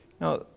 Now